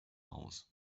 haus